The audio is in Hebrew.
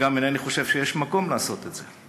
וגם אינני חושב שיש מקום לעשות את זה.